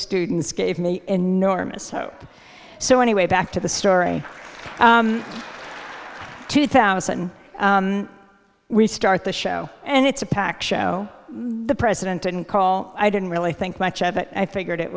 students gave me enormous so anyway back to the story two thousand we start the show and it's a packed show the president and call i didn't really think much of it and figured it